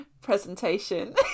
presentation